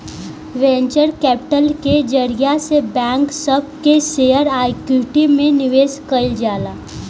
venture capital के जरिया से कंपनी सब के शेयर आ इक्विटी में निवेश कईल जाला